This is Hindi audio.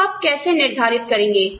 तो आप कैसे निर्धारित करेंगे